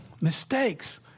Mistakes